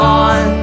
on